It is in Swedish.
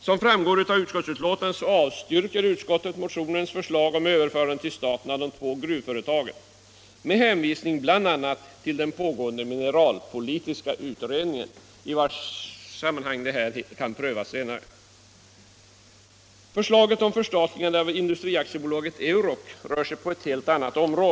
Som framgår av utskottsbetänkandet avstyrker utskottet motionens förslag om överförande till staten av de två gruvföretagen, bl,a. med hänvisning till den pågående mineralpolitiska utredningen, i samband med vilken denna fråga senare kan prövas. Förslaget om förstatligande av Industri AB Euroc rör sig på ett helt annat område.